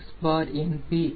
214